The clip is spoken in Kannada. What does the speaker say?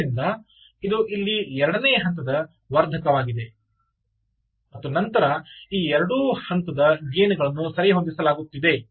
ಆದ್ದರಿಂದ ಇದು ಇಲ್ಲಿ ಎರಡು ಹಂತದ ವರ್ಧಕವಾಗಿದೆ ಮತ್ತು ನಂತರ ಈ ಎರಡೂ ಹಂತದ ಗೈನ್ ಗಳನ್ನು ಸರಿಹೊಂದಿಸಲಾಗುತ್ತಿದೆ